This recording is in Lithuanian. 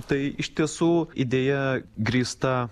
tai iš tiesų idėja grįsta